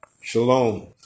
Shalom